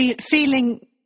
feeling